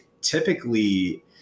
typically